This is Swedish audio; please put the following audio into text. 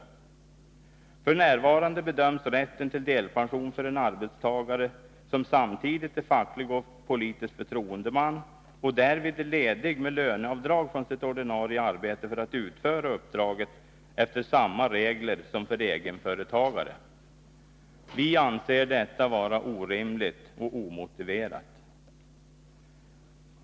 Socialförsäkring F.n. bedöms rätten till delpension för en arbetstagare, som samtidigt är för utlandsanställfacklig och politisk förtroendeman och därvid är ledig med löneavdrag från — da sitt ordinarie arbete för att utföra uppdraget, efter samma regler som för egenföretagare. Vi anser detta orimligt och omotiverat.